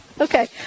Okay